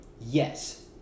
Yes